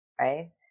right